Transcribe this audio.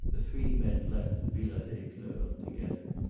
the three men left the villa des fleurs together.